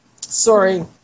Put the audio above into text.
sorry